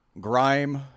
grime